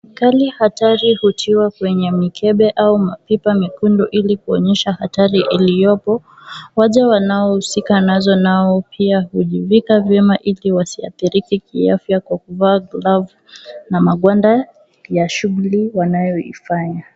Kemikali hatari hutiwa kwenye mikebe au mapipa mekundu ili kuonyesha hatari iliyopo, waja wanaohusika nazo nao pia hujivika vyema ili wasiadhirike kiafya kwa kuvaa glavu na magwanda ya shughuli wanayoifanya.